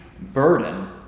burden